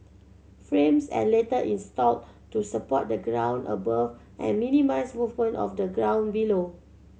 frames are later installed to support the ground above and minimise movement of the ground below